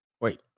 Wait